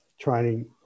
training